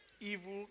evil